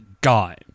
Guy